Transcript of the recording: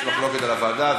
יש מחלוקת על הוועדה,